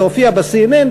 להופיע ב-CNN,